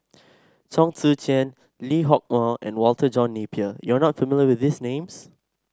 Chong Tze Chien Lee Hock Moh and Walter John Napier you are not familiar with these names